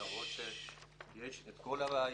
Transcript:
למרות שיש את כל הראיות,